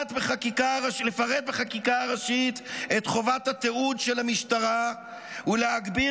לפרט בחקיקה הראשית את חובת התיעוד של המשטרה ולהגביר